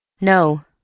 No